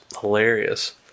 hilarious